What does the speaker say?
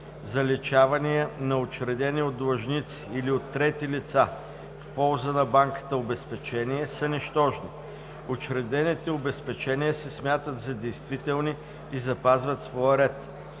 заличавания на учредени от длъжници или от трети лица в полза на банката обезпечения, са нищожни. Учредените обезпечения се смятат за действителни и запазват своя ред.